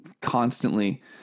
constantly